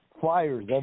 flyers